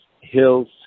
hills